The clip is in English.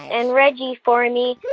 and reggie for me